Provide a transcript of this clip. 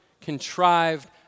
contrived